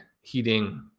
heating